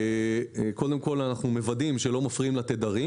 אנחנו קודם מוודאים שלא מפריעים לתדרים